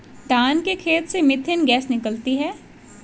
धान के खेत से मीथेन गैस निकलती है